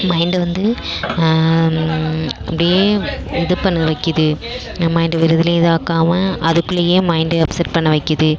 mind வந்து அப்படியே இது பண்ண வைக்குது இந்த மைண்டு ஒரு இதிலயும் இதாக்காமல் அதுக்குள்ளேயே மைண்டை அப்செட் பண்ண வைக்குது